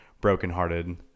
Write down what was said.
brokenhearted